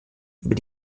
über